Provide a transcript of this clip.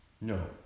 no